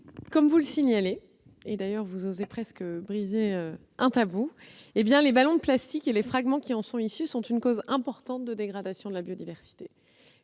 comme vous le signalez, brisant ainsi un tabou, les ballons de plastique et les fragments qui en sont issus sont une cause importante de dégradation de la biodiversité.